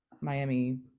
Miami